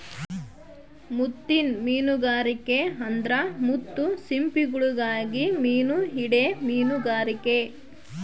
ಮುತ್ತಿನ್ ಮೀನುಗಾರಿಕೆ ಅಂದ್ರ ಮುತ್ತು ಸಿಂಪಿಗುಳುಗಾಗಿ ಮೀನು ಹಿಡೇ ಮೀನುಗಾರಿಕೆ